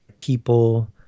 people